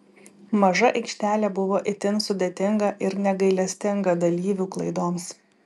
maža aikštelė buvo itin sudėtinga ir negailestinga dalyvių klaidoms